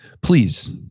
Please